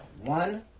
One